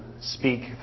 speak